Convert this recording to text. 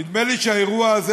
נדמה לי שהאירוע הזה,